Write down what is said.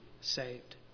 saved